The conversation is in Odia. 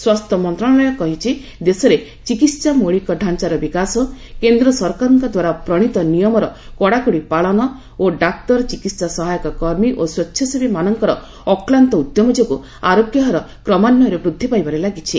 ସ୍ୱାସ୍ଥ୍ୟ ମନ୍ତ୍ରଶାଳୟ କହିଛି ଦେଶରେ ଚିକିତ୍ସା ମୌଳିକ ଡ଼ାଞ୍ଚାର ବିକାଶ କେନ୍ଦ୍ର ସରକାରଙ୍କ ଦ୍ୱାରା ପ୍ରଣୀତ ନିୟମର କଡାକଡି ପାଳନ ଓ ଡାକ୍ତର ଚିକିତ୍ସା ସହାୟକ କର୍ମୀ ଓ ସ୍ପେଚ୍ଛାସେବୀ ମାନଙ୍କର ଅକ୍ଲାନ୍ତ ଉଦ୍ୟମ ଯୋଗୁଁ ଆରୋଗ୍ୟ ହାର କ୍ରମାନ୍ୱୟରେ ବୃଦ୍ଧି ପାଇବାରେ ଲାଗିଛି